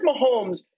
Mahomes